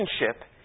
relationship